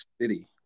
city